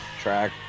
track